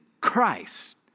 Christ